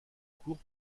cours